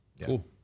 Cool